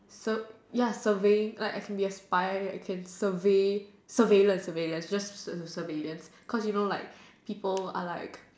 so ya surveying like I can be a spy like surveillance surveillance surveillance just surveillance because you know like people are like